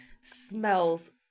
smells